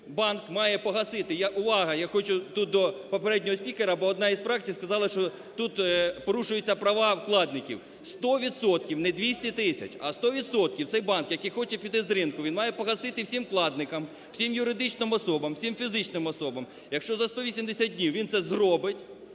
банк має погасити… Увага, я хочу тут до попереднього спікера, бо одна із фракцій сказала, що тут порушуються права вкладників. Сто відсотків, не 200 тисяч, а сто відсотків цей банк, який хоче піти з ринку, він має погасити всім вкладникам, всім юридичним особам, всім фізичним особам. Якщо за 180 днів він це зробить,